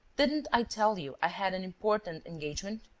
didn't i tell you i had an important engagement?